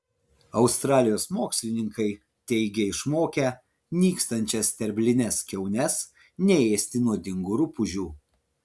australijos mokslininkai teigia išmokę nykstančias sterblines kiaunes neėsti nuodingų rupūžių